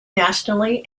nationally